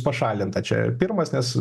pašalinta čia pirmas nes